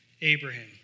Abraham